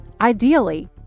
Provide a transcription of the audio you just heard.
ideally